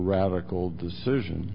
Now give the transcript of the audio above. radical decision